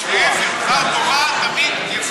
חס